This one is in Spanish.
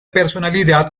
personalidad